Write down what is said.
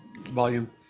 Volume